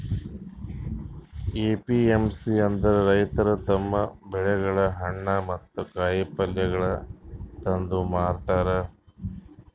APMC ಅಂದುರ್ ರೈತುರ್ ತಮ್ ಬೆಳಿಗೊಳ್, ಹಣ್ಣ ಮತ್ತ ಕಾಯಿ ಪಲ್ಯಗೊಳ್ ತಂದು ಮಾರತಾರ್